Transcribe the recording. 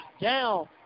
down